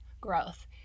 growth